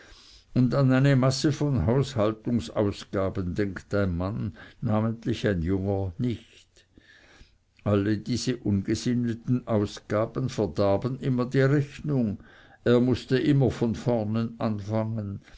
und an eine masse von haushaltungsausgaben denkt ein mann namentlich ein junger nicht alle diese ungesitteten ausgaben verdarben immer die rechnung er mußte immer von vornen anfangen